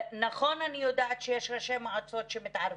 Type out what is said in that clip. אני יודעת שיש ראשי מועצות שמתערבים,